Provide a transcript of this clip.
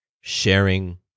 sharing